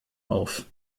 auf